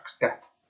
death